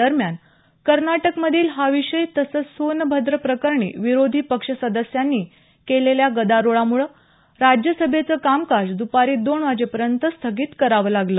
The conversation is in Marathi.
दरम्यान कर्नाटकमधील हा विषय तसंच सोनभद्र प्रकरणी विरोधी पक्ष सदस्यांनी केलेल्या गदारोळामुळे राज्यसभेचं कामकाज दुपारी दोन वाजेपर्यंत स्थगित करावं लागलं